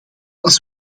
als